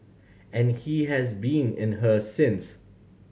and he has been in her since